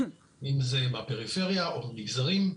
אם זה מהפריפריה או ממגזרים,